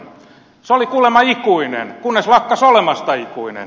se oli kuulemma ikuinen kunnes lakkasi olemasta ikuinen